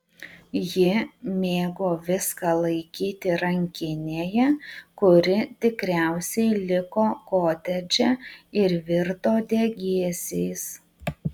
ji mėgo viską laikyti rankinėje kuri tikriausiai liko kotedže ir virto degėsiais